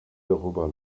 darüber